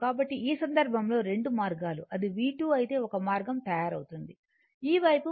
కాబట్టి ఈ సందర్భంలో రెండు మార్గాలు అది V2 అయితే ఒక మార్గం తయారవుతుంది ఈ వైపు V2